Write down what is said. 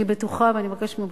אני בטוחה, ואני מבקשת ממך,